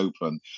open